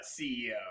ceo